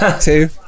two